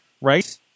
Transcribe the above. right